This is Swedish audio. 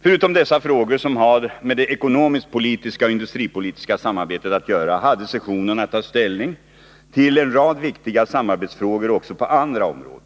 Förutom dessa frågor, som har med det ekonomisk-politiska och industripolitiska samarbetet att göra, hade sessionen att ta ställning till en rad viktiga samarbetsfrågor också på andra områden.